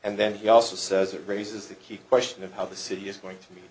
and then he also says it raises the key question of how the city is going to me